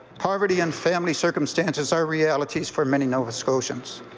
poverty and family circumstances are realities for many nova scotians.